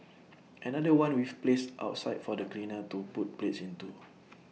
another one we've placed outside for the cleaner to put plates into